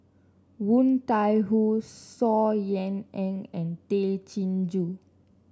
Woon Tai Ho Saw Ean Ang and Tay Chin Joo